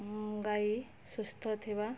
ଗାଈ ସୁସ୍ଥ ଥିବା